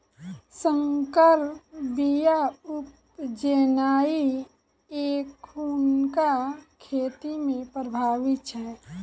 सँकर बीया उपजेनाइ एखुनका खेती मे प्रभावी छै